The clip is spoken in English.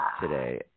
today